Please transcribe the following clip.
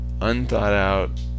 unthought-out